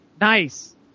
Nice